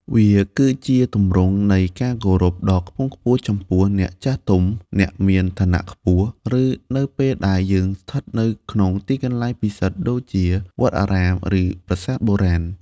វាគឺជាទម្រង់នៃការគោរពដ៏ខ្ពង់ខ្ពស់ចំពោះអ្នកចាស់ទុំ អ្នកមានឋានៈខ្ពស់ ឬនៅពេលដែលយើងស្ថិតនៅក្នុងទីកន្លែងពិសិដ្ឋដូចជាវត្តអារាម ឬប្រាសាទបុរាណ។